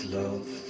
love